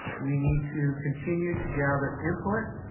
we need to continue to gather input.